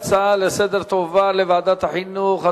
ההצעות לסדר-היום תועברנה לוועדת החינוך,